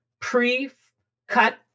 pre-cut